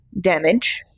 damage